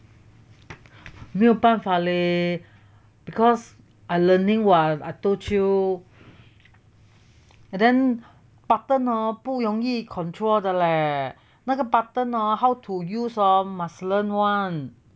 没有办法 leh because I learning [what] I told you and then button hor 不容易 control 的嘞那个 button hor how to use hor must learn one